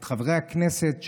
את חברי הכנסת,